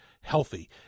healthy